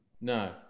No